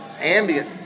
ambient